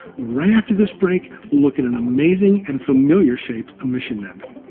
right after this break, we'll look at an amazing and familiar-shaped emission nebula.